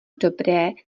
dobré